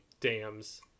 dams